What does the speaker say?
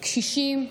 קשישים.